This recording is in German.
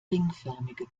ringförmige